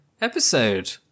episode